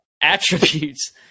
attributes